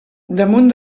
damunt